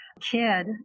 kid